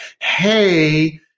Hey